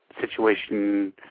situation